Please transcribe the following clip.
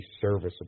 serviceable